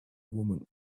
woman